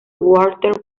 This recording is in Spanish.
walter